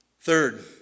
Third